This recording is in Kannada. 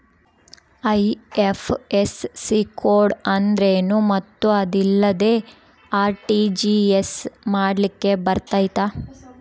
ಐ.ಎಫ್.ಎಸ್.ಸಿ ಕೋಡ್ ಅಂದ್ರೇನು ಮತ್ತು ಅದಿಲ್ಲದೆ ಆರ್.ಟಿ.ಜಿ.ಎಸ್ ಮಾಡ್ಲಿಕ್ಕೆ ಬರ್ತೈತಾ?